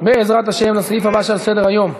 בעזרת השם, לסעיף הבא שעל סדר-היום: